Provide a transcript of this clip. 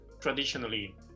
traditionally